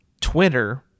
Twitter